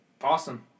Awesome